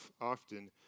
often